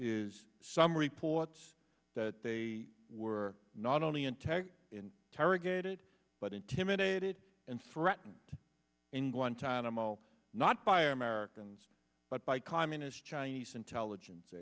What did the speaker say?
is some reports that they were not only untag in targeted but intimidated and threatened in guantanamo not fire americans but by communist chinese intelligence